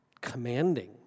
commanding